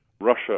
Russia